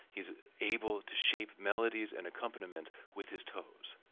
he's able to shape melodies and accompaniment with his toes.